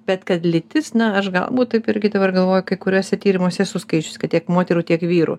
bet kad lytis na aš galbūt taip irgi dabar galvoju kai kuriuose tyrimuose esu skaičiusi kad tiek moterų tiek vyrų